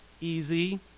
easy